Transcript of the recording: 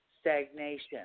stagnation